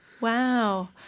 wow